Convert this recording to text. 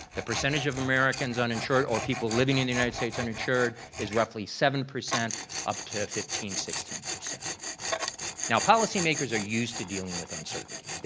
the percentage of americans uninsured or people living in the united states uninsured is roughly seven percent up to fifteen, sixteen. now, policy makers are used to dealing with uncertainty.